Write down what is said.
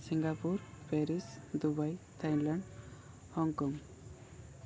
Singapore Paris Dubai Thailand Hong Kong